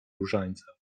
różańca